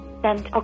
sent